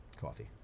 Coffee